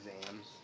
exams